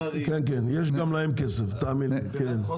כסף, תאמין לי.